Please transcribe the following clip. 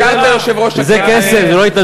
זה כסף, זה לא התנדבות.